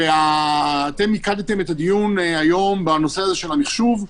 אתם מיקדתם את הדיון היום בנושא הזה של המחשוב,